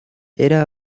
era